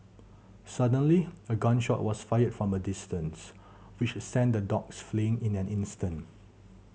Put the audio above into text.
suddenly a gun shot was fired from a distance which sent the dogs fleeing in an instant